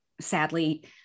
sadly